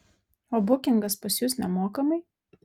o bukingas pas jus nemokamai